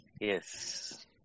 Yes